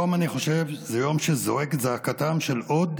אני חושב שהיום זה יום שזועק את זעקתם של עוד